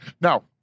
Now